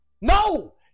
No